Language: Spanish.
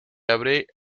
abre